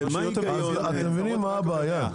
אתם מבינים מה הבעיה?